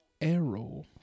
Arrow